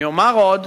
אני אומר עוד,